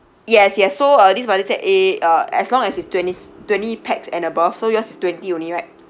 yes yes so uh this buddy set A uh as long as it's twenties twenty pax and above so yours is twenty only right